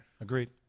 Agreed